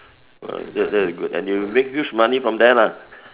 !wah! that that is good and you make huge money from there lah